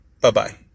Bye-bye